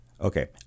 Okay